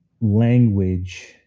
language